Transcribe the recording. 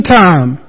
time